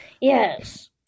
Yes